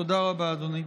תודה רבה, אדוני.